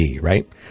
right